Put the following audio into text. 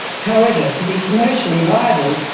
however, to be commercially viable,